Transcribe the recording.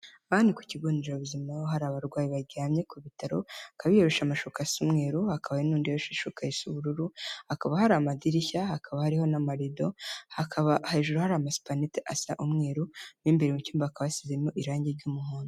Aha ni ku kigonderabuzima aho hari abarwayi baryamye ku bitaro, bakaba biyoroshe amashuka asa umweru, hakaba n'undi wiyoroshe ishuka isa ubururu, hakaba hari amadirishya, hakaba hariho n'amarido, hakaba hejuru hari amasupanete asa umweru, mo imbere mu cyumba, hakaba hasizemo irangi ry'umuhondo.